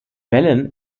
wellen